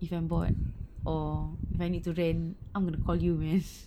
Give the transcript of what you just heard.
if I'm bored or if I need to rant I'm gonna call you man